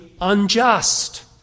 unjust